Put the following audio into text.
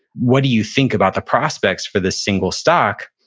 what do you think about the prospects for this single stock?